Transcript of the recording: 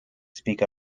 speak